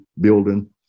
building